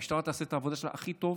המשטרה תעשה את העבודה שלה הכי טוב,